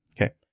Okay